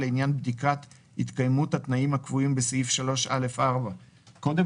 לעניין בדיקת התקיימות התנאים הקבועים בסעיף 3(א)(4)." קודם